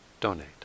donate